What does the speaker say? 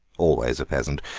always a peasant.